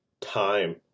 time